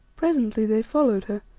presently they followed her,